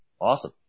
Awesome